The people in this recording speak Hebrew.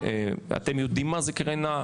אתם יודעים מה זה קרינה,